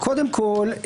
קודם כול,